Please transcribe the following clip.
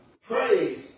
Praise